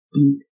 deep